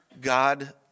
God